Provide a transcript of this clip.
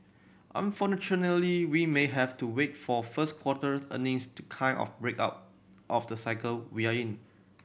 we may have to wait for first quarters earnings to kind of break out of the cycle we're in